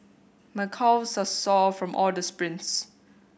my calves are sore from all the sprints